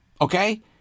okay